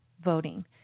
voting